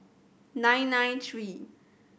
nine nine three